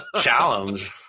Challenge